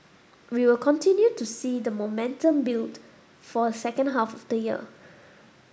we will continue to see the momentum build for second half of the year